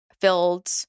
filled